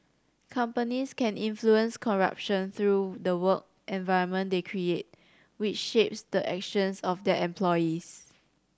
companies can influence corruption through the work environment they create which shapes the actions of their employees